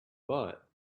but